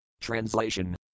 Translation